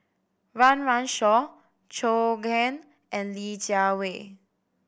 Run Run Shaw Zhou Can and Li Jiawei